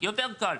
יותר קל.